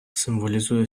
символізує